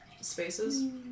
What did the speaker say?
spaces